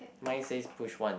mine says push one